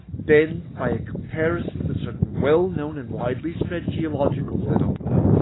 then, by a comparison with certain well-known and widely spread geological phenomena,